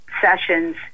sessions